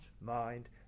mind